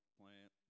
plant